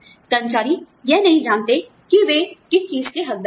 कर्मचारी यह नहीं जानते कि वे किस चीज के हक़दार हैं